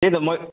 त्यही त मै